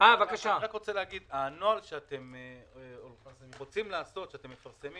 הנוהל שאתם רוצים לעשות ומפרסמים